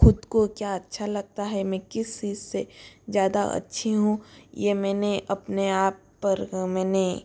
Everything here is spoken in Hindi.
खुद को क्या अच्छा लगता है मैं किस चीज़ से ज़्यादा अच्छी हूँ ये मैंने अपने आप पर मैंने